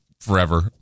forever